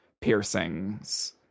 piercings